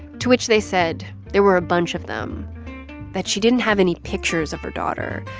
to which they said they were a bunch of them that she didn't have any pictures of her daughter,